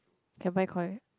can buy Koi